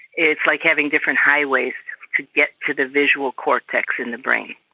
it's like having different highways to get to the visual cortex in the brain.